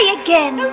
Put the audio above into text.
again